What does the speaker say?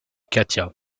katia